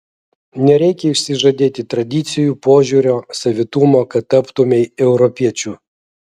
nereikia išsižadėti tradicijų požiūrio savitumo kad taptumei europiečiu